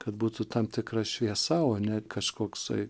kad būtų tam tikra šviesa o ne kažkoksai